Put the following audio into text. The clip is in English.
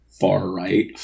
far-right